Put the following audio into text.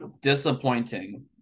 Disappointing